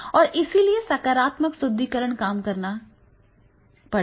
और इसलिए सकारात्मक सुदृढीकरण काम करेगा